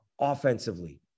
offensively